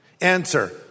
Answer